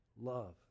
love